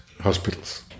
hospitals